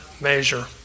measure